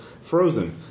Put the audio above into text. frozen